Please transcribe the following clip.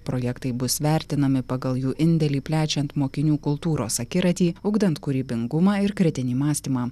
projektai bus vertinami pagal jų indėlį plečiant mokinių kultūros akiratį ugdant kūrybingumą ir kritinį mąstymą